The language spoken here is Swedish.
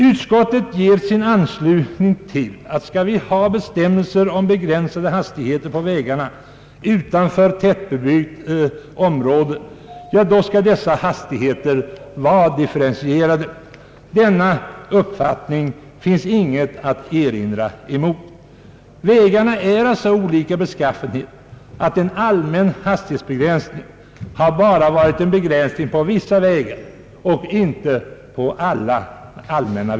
Utskottet ger sin anslutning till tanken att skall vi ha bestämmelser om begränsade hastigheter på vägarna utanför tättbebyggda områden, bör dessa hastigheter vara differentierade. Mot denna uppfattning finns inget att erinra. Vägarna är av så olika beskaffenhet att en allmän hastighetsbegränsning har inneburit en begränsning enbart på vissa vägar och inte på alla.